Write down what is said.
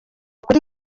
kuri